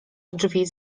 drzwi